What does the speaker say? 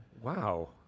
Wow